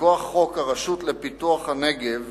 הרשות לפיתוח הנגב